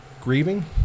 grieving